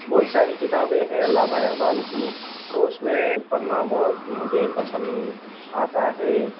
بہت ساری کتابیں ہیں علامہ اقبال کی تو اس میں پڑھنا بہت مجھے پسند آتا ہے